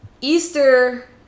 Easter